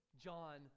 John